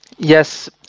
Yes